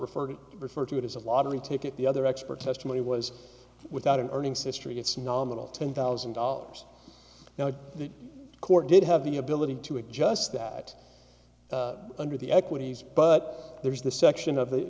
referred to refer to it as a lottery ticket the other expert testimony was without an earnings history its nominal ten thousand dollars now the court did have the ability to adjust that under the equities but there is the section of the